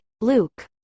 Luke